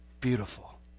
beautiful